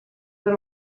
per